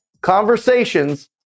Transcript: conversations